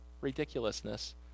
ridiculousness